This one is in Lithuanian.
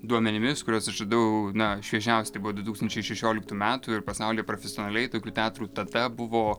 duomenimis kuriuos aš radau na šviežiausi tai buvo du tūkstančiai šešioliktų metų ir pasaulyje profesionaliai tokių teatrų tada buvo